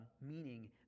meaning